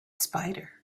spider